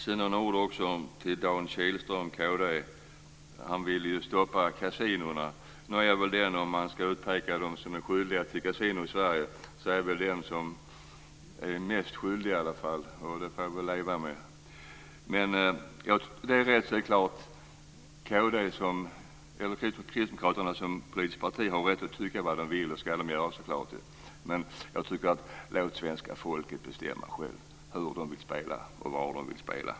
Sedan vill jag säga några ord till Dan Kihlström från Kristdemokraterna. Han vill ju stoppa kasinon. Den som är mest skyldig till att det finns kasinon i Sverige är väl jag, men det får jag väl leva med. Kristdemokraterna som riksparti har naturligtvis rätt att tycka vad de vill, och det ska de göra, men låt svenska folket bestämma självt hur det vill spela och vad det vill spela.